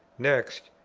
next,